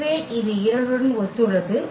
எனவே இது 2 உடன் ஒத்துள்ளது